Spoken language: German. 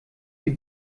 die